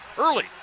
Early